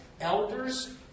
elders